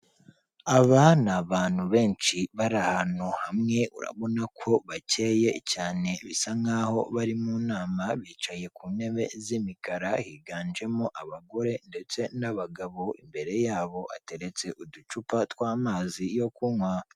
Aba ni abantu benshi bari ahantu hamwe urabona ko bakeye cyane bisa nk'aho bari mu nama bicaye ku ntebe z'imikara higanjemo abagore ndetse n'abagabo, imbere yabo hateretse uducupa tw'amazi yo kunywa.